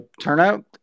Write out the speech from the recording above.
turnout